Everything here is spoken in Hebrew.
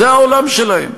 זה העולם שלהם.